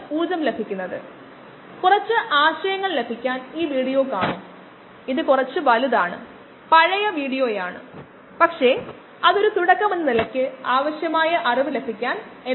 OD യ്ക്കെതിരെ നമ്മൾ cell dry cell plot ചെയ്യുകയാണെങ്കിൽ അത് ഒരു നിശ്ചിത പോയിന്റ് വരെ രേഖീയമായിരിക്കും കൂടാതെ ഒരു നിശ്ചിത ഡ്രൈ സെൽ യ്ക്ക് മുകളിലായി രേഖീയത ഇലാതാകുന്നു അതൊരു പ്രകൃതി നിയമമാണ്